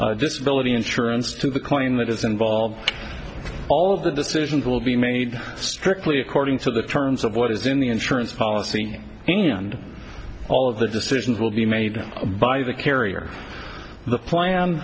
disability insurance to the claim that it's involved all of the decisions will be made strictly according to the terms of what is in the insurance policy any and all of the decisions will be made by the carrier the plan